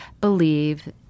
believe